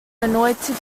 anointed